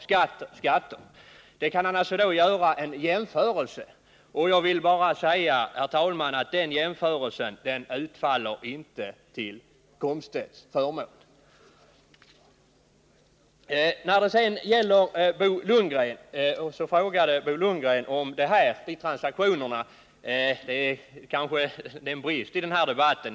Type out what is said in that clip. Han kan där göra en jämförelse, och den jämförelsen utfaller inte till Wiggo Komstedts förmån. Bo Lundgren bad om exempel på transaktionerna. Det är kanske en brist i denna debatt.